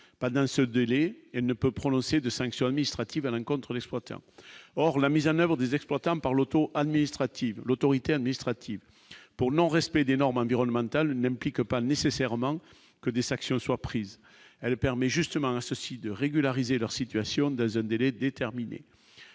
dans ce délai, elle ne peut prononcer de 5 sur le ministre hâtive Alain contre l'exploitant, or la mise en avant des exploitants par l'administrative, l'autorité administrative pour non respect des normes environnementales n'implique pas nécessairement que des sacs soit prise, elle permet justement à ceux-ci de régulariser leur situation dans un délai déterminé